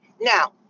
Now